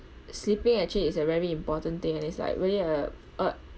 sleeping actually is a very important thing and it's like really a a